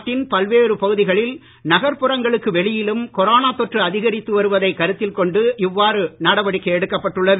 நாட்டின் பல்வேறு பகுதிகளில் நகர்புறங்களுக்கு வெளியிலும் கொரோனா தொற்று அதிகரித்து வருவதை கருத்தில் கொண்டு இவ்வாறு நடவடிக்கை எடுக்கப்பட்டுள்ளது